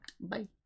Bye